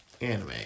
anime